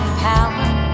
power